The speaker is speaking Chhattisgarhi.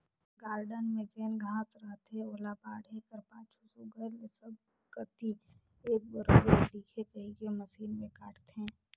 गारडन में जेन घांस रहथे ओला बाढ़े कर पाछू सुग्घर ले सब कती एक बरोबेर दिखे कहिके मसीन में काटथें